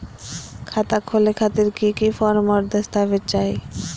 खाता खोले खातिर की की फॉर्म और दस्तावेज चाही?